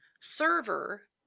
server